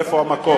איפה המקום.